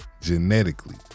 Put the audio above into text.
genetically